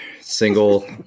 Single